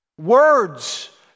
Words